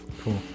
Cool